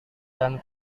dan